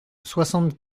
soixante